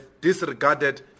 disregarded